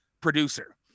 producer